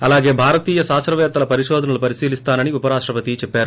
అలాగే భారతీయ శాస్త్రపేత్తల పరిశోధనలు పరిశీలిస్తానని ఉప రాష్టపతి చెప్పారు